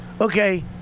Okay